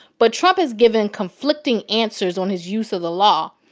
but trump has given conflicting answers on his use of the law.